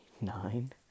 nine